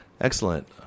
Excellent